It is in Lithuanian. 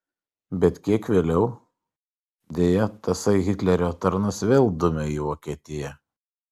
bet kiek vėliau deja tasai hitlerio tarnas vėl dumia į vokietiją